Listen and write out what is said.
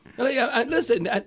Listen